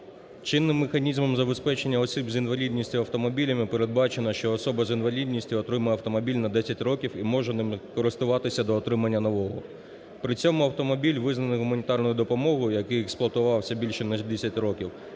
Чинним механізмом забезпечення осіб з інвалідністю автомобілями передбачено, що особа з інвалідністю отримує автомобіль на 10 років і може ним користуватися до отримання нового. При цьому автомобіль визнаний гуманітарною допомогою, який експлуатувався більше, ніж 10 років